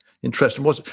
Interesting